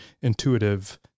intuitive